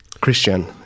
Christian